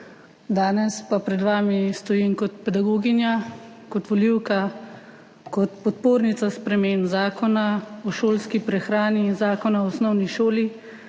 danes pa pred vami stojim kot pedagoginja, kot volivka, kot podpornica sprememb Zakona o šolski prehrani in Zakona o osnovni šoli,